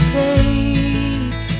take